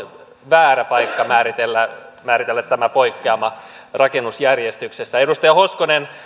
väärä paikka määritellä määritellä tämä poikkeama rakennusjärjestyksestä edustaja hoskonen